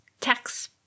tax